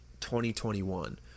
2021